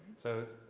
so